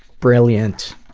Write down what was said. brilliant.